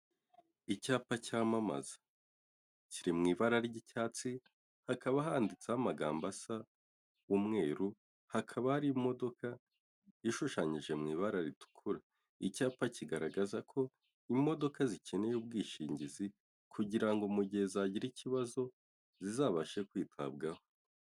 Icyapa cyamamaza, kiri mu ibara ry'icyatsi, hakaba handitseho amagambo asa umweru, hakaba hari imodoka ishushanyije mu ibara ritukura. Icyapa kigaragaza ko imodoka zikeneye ubwishingizi kugira ngo mu gihe zagira ikibazo, zizabashe kwitabwaho.